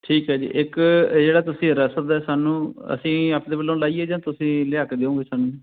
ਠੀਕ ਹੈ ਜੀ ਇੱਕ ਜਿਹੜਾ ਤੁਸੀਂ ਰਸਦ ਦਾ ਸਾਨੂੰ ਅਸੀਂ ਆਪਣੇ ਵੱਲੋਂ ਲਾਈਏ ਜਾਂ ਤੁਸੀਂ ਲਿਆ ਕੇ ਦਿਓਗੇ ਸਾਨੂੰ